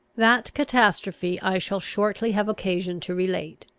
that catastrophe i shall shortly have occasion to relate,